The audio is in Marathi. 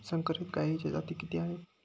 संकरित गायीच्या जाती किती आहेत?